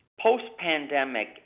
post-pandemic